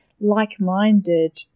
like-minded